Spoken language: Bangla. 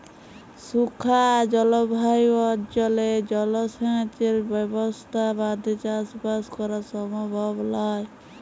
শুখা জলভায়ু অনচলে জলসেঁচের ব্যবসথা বাদে চাসবাস করা সমভব লয়